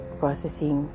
processing